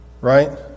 right